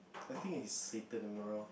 I think is Satan if I'm not wrong